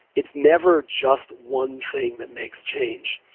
it's never just one thing that makes change,